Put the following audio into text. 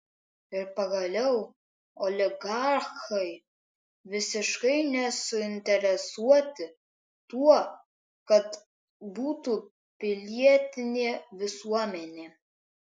ir pagaliau oligarchai visiškai nesuinteresuoti tuo kad būtų pilietinė visuomenė